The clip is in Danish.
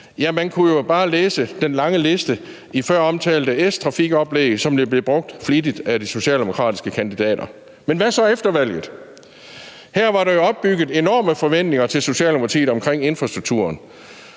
Ja, man kunne jo bare læse den lange liste i føromtalte S-trafikoplæg, som blev brugt flittigt af de socialdemokratiske kandidater. Men hvad så efter valget? Her var der jo opbygget enorme forventninger til Socialdemokratiet omkring infrastrukturen.